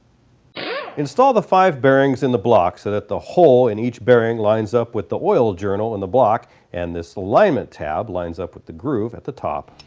install the five bearing in the block, so that the hole in each bearing lines up with the oil journal in the block and this alignment tab lines up with the groove at the top